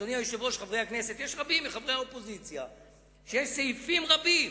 אדוני היושב-ראש, ולחברי הכנסת, שיש סעיפים רבים